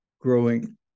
growing